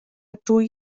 dwy